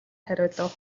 хариулав